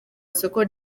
isoko